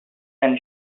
and